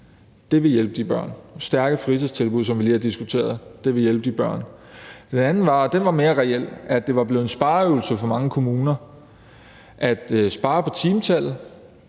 vil hjælpe de børn. Stærke fritidstilbud, som vi lige har diskuteret, vil hjælpe de børn. Den anden grund var, og den var mere reel, at det var blevet en spareøvelse for mange kommuner at spare på timetallet.